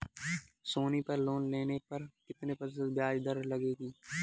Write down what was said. सोनी पर लोन लेने पर कितने प्रतिशत ब्याज दर लगेगी?